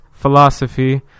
philosophy